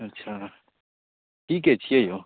अच्छा ई के छियै यौ